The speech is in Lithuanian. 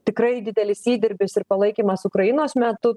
tikrai didelis įdirbis ir palaikymas ukrainos metu